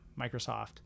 Microsoft